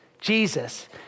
Jesus